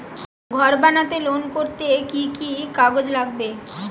ঘর বানাতে লোন করতে কি কি কাগজ লাগবে?